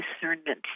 discernment